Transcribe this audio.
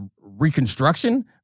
reconstruction